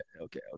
Okay